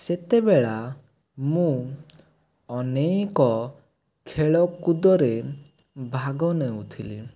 ସେତେବେଳେ ମୁଁ ଅନେକ ଖେଳ କୁଦରେ ଭାଗ ନେଉଥିଲି